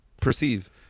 perceive